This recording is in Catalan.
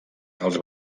els